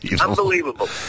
Unbelievable